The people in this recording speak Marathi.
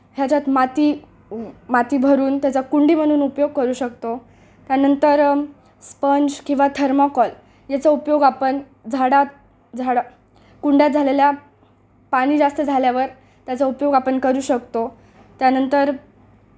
ह्याच्यात माती माती भरून त्याचा कुंडी म्हणून उपयोग करू शकतो त्यानंतर स्पंज किंवा थर्माकॉल याचा उपयोग आपण झाडात झाडं कुंड्यात झालेल्या पाणी जास्त झाल्यावर त्याचा उपयोग आपण करू शकतो त्यानंतर